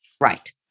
right